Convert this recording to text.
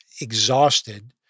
exhausted